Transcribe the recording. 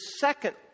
second